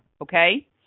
Okay